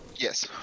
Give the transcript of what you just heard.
Yes